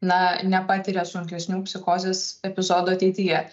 na nepatiria sunkesnių psichozės epizodų ateityje